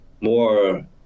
more